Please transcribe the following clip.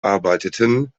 arbeiteten